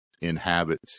inhabit